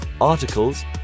articles